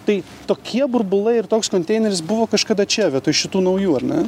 tai tokie burbulai ir toks konteineris buvo kažkada čia vietoj šitų naujų ar ne